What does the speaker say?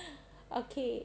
okay